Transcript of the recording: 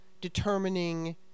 determining